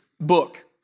book